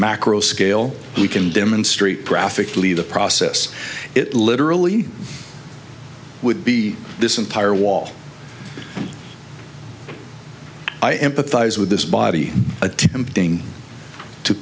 macro scale we can demonstrate graphically the process it literally would be this entire wall i empathize with this body attempting to